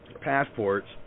passports